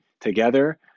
together